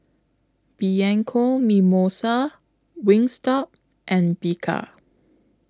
Bianco Mimosa Wingstop and Bika